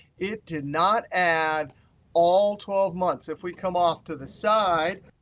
it did not add all twelve months. if we come off to the side,